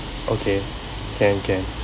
okay can can